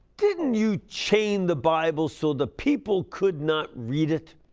didn't you chain the bible so the people could not read it?